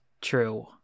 true